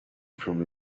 from